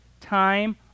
time